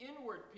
inward